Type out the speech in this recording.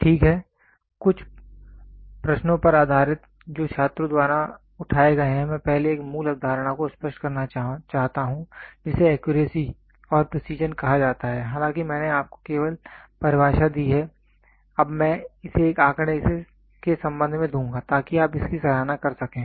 ठीक है कुछ प्रश्नों पर आधारित जो छात्रों द्वारा उठाए गए हैं मैं पहले एक मूल अवधारणा को स्पष्ट करना चाहता हूं जिसे एक्यूरेसी और प्रेसीजन कहा जाता है हालांकि मैंने आपको केवल परिभाषा दी है अब मैं इसे एक आंकड़े के संबंध में दूँगा ताकि आप इसकी सराहना कर सकें